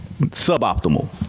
suboptimal